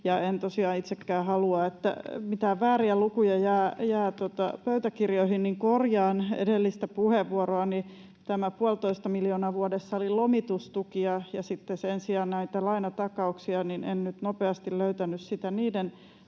itsekään halua, että mitään vääriä lukuja jää pöytäkirjoihin, niin korjaan edellistä puheenvuoroani. Tämä puolitoista miljoonaa vuodessa oli lomitustukia, ja sen sijaan näitä lainatakauksia — en nyt nopeasti löytänyt niiden